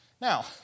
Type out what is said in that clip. Now